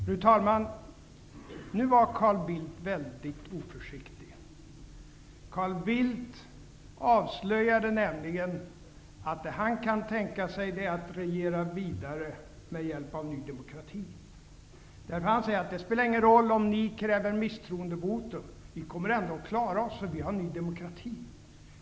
Fru talman! Nu var Carl Bildt väldigt oförsiktig. Carl Bildt avslöjade nämligen att det han kan tänka sig är att regera vidare med hjälp av Ny demokrati. Han säger: Det spelar inte någon roll om ni kräver misstroendevotum -- vi kommer ändå att klara oss, för vi har Ny demokrati.